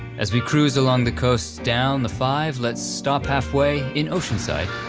as we cruise along the coast down the five let's stop halfway in oceanside,